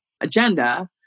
agenda